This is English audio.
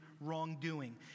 wrongdoing